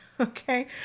Okay